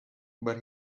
but